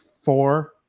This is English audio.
four